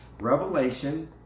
Revelation